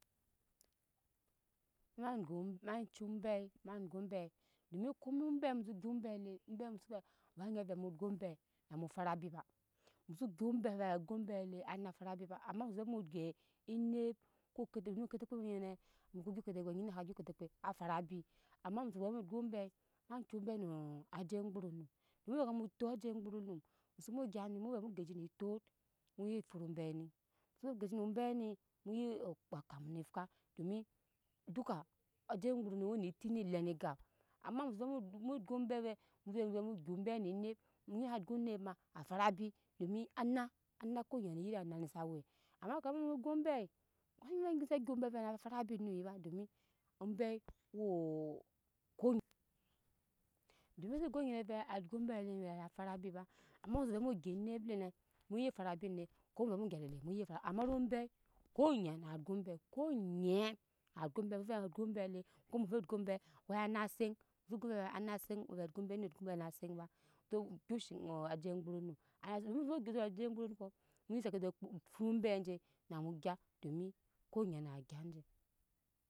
Ma gyo ma cu obai ma gyo obai domi ko mo obai muso gyo obai le muso gyu obai te muso zu vene ve mu gyo obai no fara abi ba muso gyo obai ve gyo obai le ai na fara abi a ama ze mu gyi enep ko kete gyi kete kpɛ nyine mu ko gyo kete kpɛ anyine ka gyo kete kpɛ a fara abi ama muso ve mu gyo ombai mma gyo obai na ajie gburo onum mu nyi ve ke mu to ajie gburo onum mu sobo gya ni muve mu geji ne tot mu ye foro oyaini muso bo geji nu am bai ni muye kpa akamu ni fwa domi doka ajie gburo enum wene eti ne le ne gap ama mu ze ne momo gyo ombai ve mu zeze vemu gyo ombai ne enep enyi sa gya enep ma a fara bi domi ana ana ko nyi wene yiri ema ni sa we ama kama mu gyo ombai ai anyi sa gyap gyo obai ve fara ebi noi ba domi ombai wuu ko nyi domi so go anyi save agyo save agyo ombai na ve eni fara abi ba ama muso ve mu gyi enep lene muye fara abi enep ko mu ve mu gya alele mu ye fara ama do bai ko nyi na gyo bai ko nyi a gyo ombai mu ve agyo ombai le ko muso gyo ombai ko ana seŋ muso gode ve ana seŋ ve gyo ombi vo onet gyo ombai na ana seŋ ba to kpu shi ajie gnoro num ai muso bo geji na ajie gboro onum pɔ mu saki sa fɔt ombai je namu gya domi ko onyi na gya je